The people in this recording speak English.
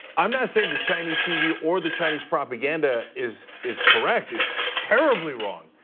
i'm not saying the chinese tv or the chinese propaganda is is correct, it's terribly wrong.